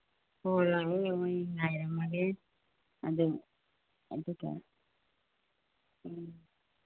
ꯑꯣ ꯂꯥꯛꯑꯣ ꯑꯩ ꯉꯥꯏꯔꯝꯃꯒꯦ ꯑꯗꯨꯒ